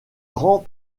grands